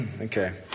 Okay